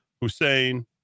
Hussein